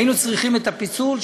היינו צריכים את הפיצול,